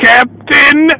Captain